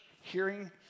hearing